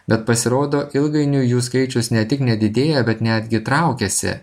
bet pasirodo ilgainiui jų skaičius ne tik nedidėja bet netgi traukiasi